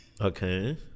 Okay